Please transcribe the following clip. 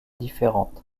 différentes